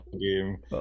game